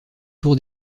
tour